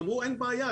אמרו שאין בעיה,